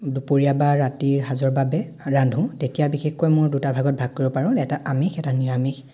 দুপৰীয়া বা ৰাতিৰ সাঁজৰ বাবে ৰান্ধো তেতিয়া বিশেষকৈ মোৰ দুটা ভাগত ভাগ কৰিব পাৰোঁ এটা আমিষ এটা নিৰামিষ